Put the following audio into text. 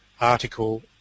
article